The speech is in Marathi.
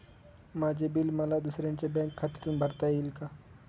माझे बिल मला दुसऱ्यांच्या बँक खात्यातून भरता येईल का?